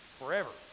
forever